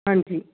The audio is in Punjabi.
ਹਾਂਜੀ